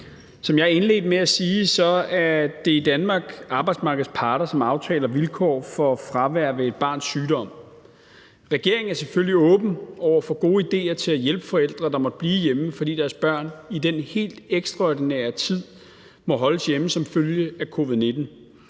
Som jeg indledte med at sige, er det i Danmark arbejdsmarkedets parter, som aftaler vilkår for fravær ved et barns sygdom. Regeringen er selvfølgelig åben over for gode ideer til at hjælpe forældre, der måtte blive hjemme, fordi deres børn i den helt ekstraordinære tid må holdes hjemme som følge af covid-19.